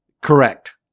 correct